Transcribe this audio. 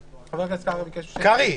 חבר הכנסת קרעי ביקש --- קרעי,